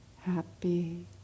happy